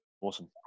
awesome